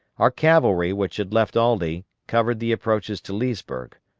our cavalry, which had left aldie, covered the approaches to leesburg.